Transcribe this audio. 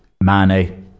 Mane